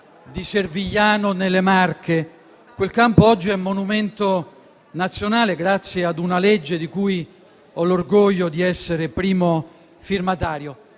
di Servigliano, nelle Marche. Quel campo oggi è monumento nazionale grazie ad una legge di cui ho l'orgoglio di essere primo firmatario.